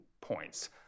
points